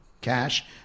cash